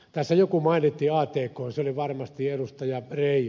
tässä joku mainitsi atkn se oli varmasti ed